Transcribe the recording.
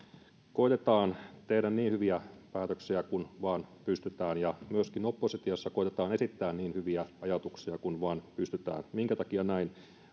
koetetaan tehdä niin hyviä päätöksiä kuin vain pystytään ja myöskin oppositiossa koetetaan esittää niin hyviä ajatuksia kuin vain pystytään minkä takia näin